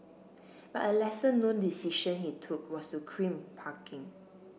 but a lesser known decision he took was to crimp parking